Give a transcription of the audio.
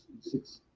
six